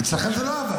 לא הבנתי.